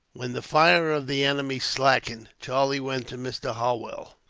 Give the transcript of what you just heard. when the fire of the enemy slackened, charlie went to mr. holwell.